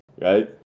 right